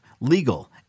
legal